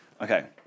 Okay